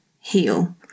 heal